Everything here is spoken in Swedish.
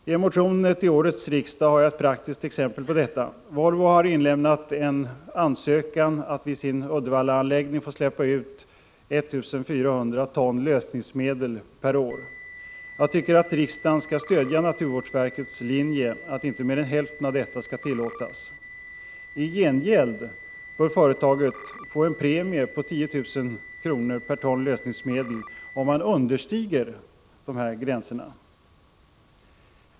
I en motion till årets riksdag har jag ett praktiskt exempel på detta. Volvo har inlämnat en ansökan om att vid sin Uddevallaanläggning få släppa ut 1400 ton lösningsmedel per år. Jag tycker att riksdagen skall stödja naturvårdsverkets linje att inte mer än hälften av detta skall tillåtas. I gengäld bör företaget få en premie på 10 000 kr. per ton lösningsmedel, om man understiger dessa gränser.